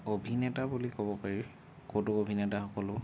অভিনেতা বুলি ক'ব পাৰি কৌতুক অভিনেতা সকলো